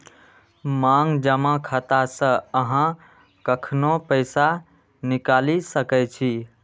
मांग जमा खाता सं अहां कखनो पैसा निकालि सकै छी